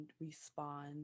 respond